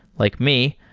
like me,